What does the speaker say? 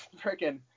freaking